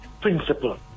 principle